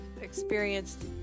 experienced